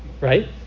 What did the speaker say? Right